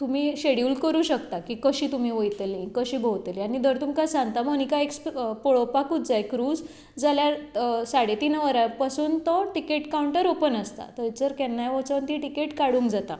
तुमी शेड्युल करूंक शकता की कशी तुमी वयतली कशी भोंवतली आनी जर तुमकां सांता मोनिका पळोवपाकूच जाय क्रूज जाल्यार साडे तीन वरां पसून तो टिकेट कावंटर ओपन आसता थंयसर केन्नाय वचून ती टिकेट काडूंक जाता